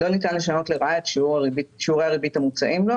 לא ניתן לשנות לרעה את שיעורי הריבית המוצעים לו